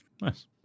Nice